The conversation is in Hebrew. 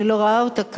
אני לא רואה אותה כאן.